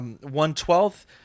One-twelfth